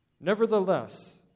Nevertheless